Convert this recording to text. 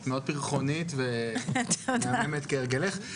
את מאוד פרחונית ומהממת כהרגלך.